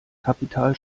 kapital